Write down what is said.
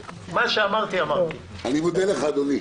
אדוני.